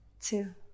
two